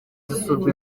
zisurwa